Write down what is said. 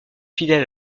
fidèles